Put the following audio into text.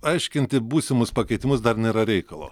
aiškinti būsimus pakeitimus dar nėra reikalo